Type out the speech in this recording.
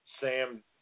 Sam